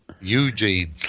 Eugene